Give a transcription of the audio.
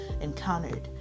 encountered